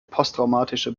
posttraumatische